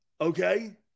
Okay